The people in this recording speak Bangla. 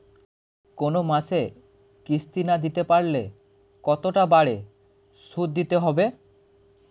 কোন মাসে কিস্তি না দিতে পারলে কতটা বাড়ে সুদ দিতে হবে?